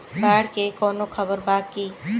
बाढ़ के कवनों खबर बा की?